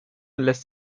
lässt